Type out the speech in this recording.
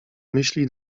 myśli